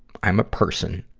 i'm a person,